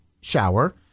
shower